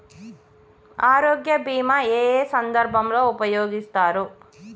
ఆరోగ్య బీమా ఏ ఏ సందర్భంలో ఉపయోగిస్తారు?